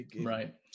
Right